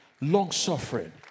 long-suffering